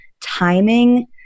timing